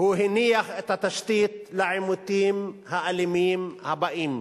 הניח את התשתית לעימותים האלימים הבאים,